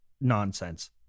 nonsense